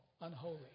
unholy